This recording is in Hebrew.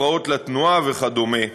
הפרעות לתנועה וכדומה.